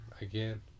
again